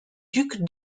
duc